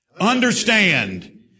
Understand